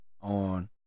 on